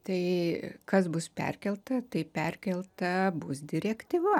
tai kas bus perkelta tai perkelta bus direktyva